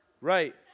Right